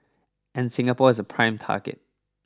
and Singapore is a prime target